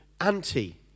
anti